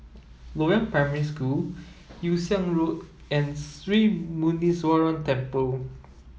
Loyang Primary School Yew Siang Road and Sri Muneeswaran Temple